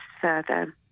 further